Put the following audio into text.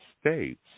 States